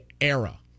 era